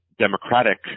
democratic